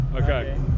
okay